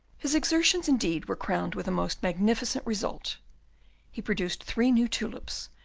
his exertions, indeed, were crowned with a most magnificent result he produced three new tulips,